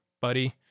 buddy